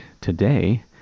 today